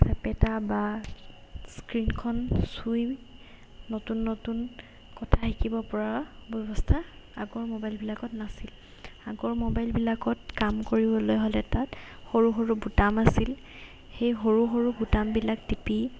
চেপেটা বা স্ক্ৰীণখন চুই নতুন নতুন কথা শিকিব পৰা ব্যৱস্থা আগৰ মোবাইলবিলাকত নাছিল আগৰ মোবাইলবিলাকত কাম কৰিবলৈ হ'লে তাত সৰু সৰু বুটাম আছিল সেই সৰু সৰু বুটামবিলাক টিপি